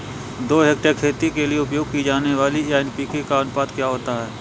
दो हेक्टेयर खेती के लिए उपयोग की जाने वाली एन.पी.के का अनुपात क्या है?